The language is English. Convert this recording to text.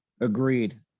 Agreed